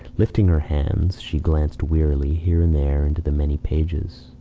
lifting her hands, she glanced wearily here and there into the many pages.